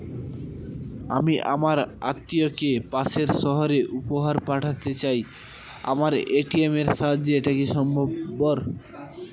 আমি আমার আত্মিয়কে পাশের সহরে উপহার পাঠাতে চাই আমার এ.টি.এম এর সাহায্যে এটাকি সম্ভবপর?